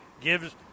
gives